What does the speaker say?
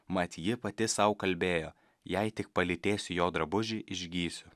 mat ji pati sau kalbėjo jei tik palytėsiu jo drabužį išgysiu